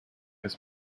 his